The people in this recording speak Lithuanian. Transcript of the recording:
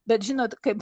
bet žinot kaip